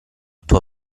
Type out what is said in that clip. tuo